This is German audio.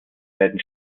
werden